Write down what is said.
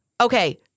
okay